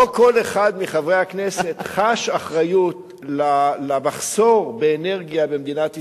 לא כל אחד מחברי הכנסת חש אחריות למחסור באנרגיה במדינת ישראל.